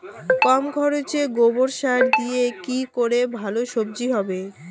কম খরচে গোবর সার দিয়ে কি করে ভালো সবজি হবে?